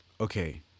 okay